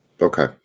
Okay